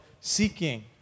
seeking